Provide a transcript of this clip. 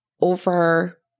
over